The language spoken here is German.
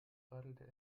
radelte